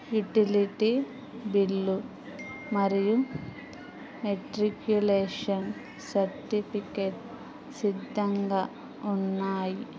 utility bill మరియు matriculation certificate సిద్ధంగా ఉన్నాయి